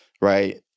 Right